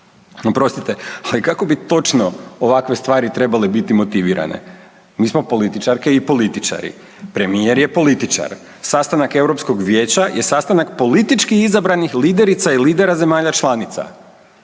Oprostite, ali kako bi točno ovakve stvari trebale biti motivirane? Mi smo političarke i političari. Premijer je političar. Sastanak Europskog vijeća je sastanak politički izabranih liderica i lidera zemalja članica.